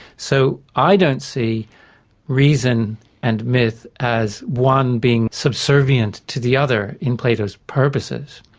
so, i don't see reason and myth as one being subservient to the other in plato's purposes.